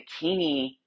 bikini